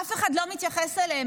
אף אחד לא מתייחס אליהם.